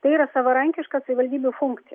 tai yra savarankiška savivaldybių funkcija